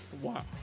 Wow